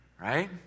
Right